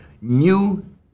new